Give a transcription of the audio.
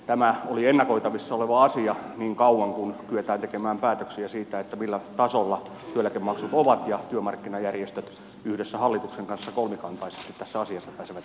tämä oli ennakoitavissa oleva asia niin kauan kuin kyetään tekemään päätöksiä siitä millä tasolla työeläkemaksut ovat ja työmarkkinajärjestöt yhdessä hallituksen kanssa kolmikantaisesti tässä asiassa pääsevät eteenpäin